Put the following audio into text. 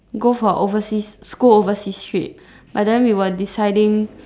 go for overseas school overseas trip but then we were deciding